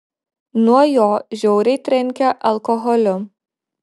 nuo jo žiauriai trenkia alkoholiu